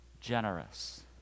generous